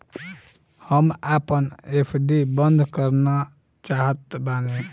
हम आपन एफ.डी बंद करना चाहत बानी